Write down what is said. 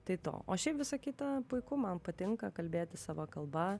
tai to o šiaip visa kita puiku man patinka kalbėti savo kalba